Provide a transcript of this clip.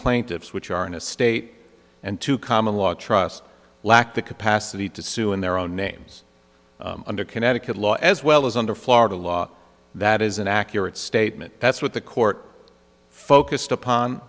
plaintiffs which are in a state and two common law trust lack the capacity to sue in their own names under connecticut law as well as under florida law that is an accurate statement that's what the court focused